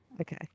Okay